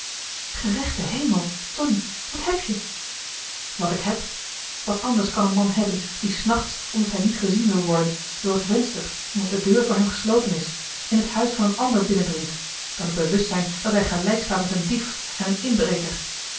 gerechte hemel tonie wat heb je wat ik heb wat anders kan een man hebben die s nachts omdat hij niet gezien wil worden door het venster omdat de deur voor hem gesloten is in het huis van een ander binnendringt dan het bewustzijn dat hij gelijkstaat met een dief en een inbreker